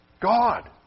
God